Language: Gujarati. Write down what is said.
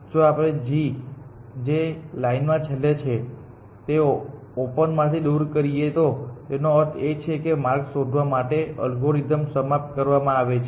જો આપણે g જે આ લાઈન માં છેલ્લે છે ને ઓપન માંથી દૂર કરીએ તો તેનો અર્થ એ છે કે માર્ગ શોધવા માટે અલ્ગોરિધમ સમાપ્ત કરવામાં આવે છે